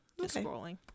scrolling